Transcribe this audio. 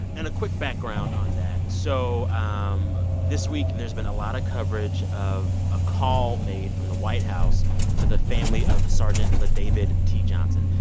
and a quick background on that. so um this week, there's been a lot of coverage of a call made from the white house to the family of sergeant la david david t. johnson.